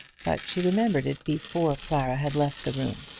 but she remembered it before clara had left the room.